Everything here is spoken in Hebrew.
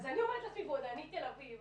אז אני תל אביב,